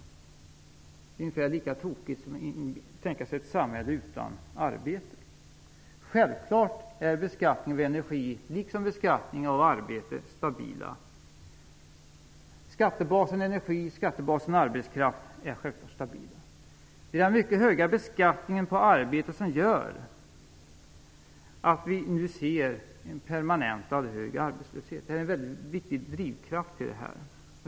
Det är ungefär lika tokigt som att tänka sig ett samhälle utan arbete. Skattebasen energi och skattebasen arbetskraft är självklart stabila. Det är den mycket höga beskattningen på arbete som är en väldigt viktig drivkraft till den permanent höga arbetslöshet vi nu ser.